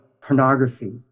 pornography